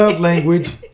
language